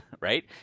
right